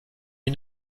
une